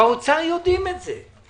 באוצר יודעים את זה.